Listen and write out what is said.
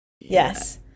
yes